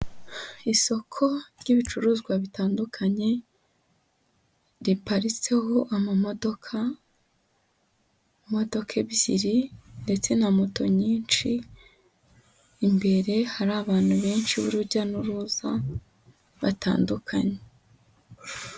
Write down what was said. Isoko ry'ibicuruzwa bitandukanye, riparitseho amamodoka, imodoka ebyiri, ndetse na moto nyinshi, imbere hari abantu benshi b'urujya n'uruza, batandukanye.